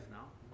Now